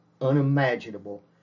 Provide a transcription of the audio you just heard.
unimaginable